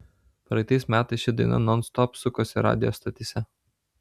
praeitais metais ši daina nonstop sukosi radijo stotyse